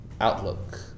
outlook